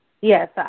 Yes